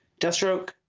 Deathstroke